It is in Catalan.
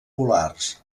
polars